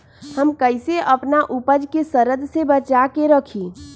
हम कईसे अपना उपज के सरद से बचा के रखी?